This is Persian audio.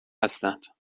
هستند